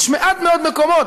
יש מעט מאוד מקומות.